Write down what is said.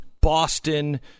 Boston